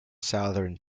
southern